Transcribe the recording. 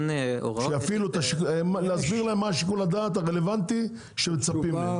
שיסביר להם מהו שיקול הדעת הרלוונטי המצופה מהם?